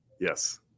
Yes